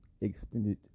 extended